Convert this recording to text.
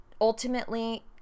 ultimately